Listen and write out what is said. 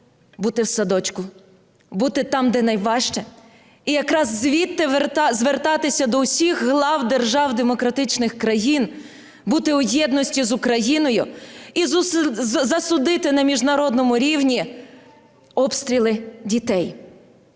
бути в садочку, бути там, де найважче, і якраз звідти звертатися до усіх глав держав демократичних країн бути у єдності з Україною і засудити на міжнародному рівні обстріли дітей.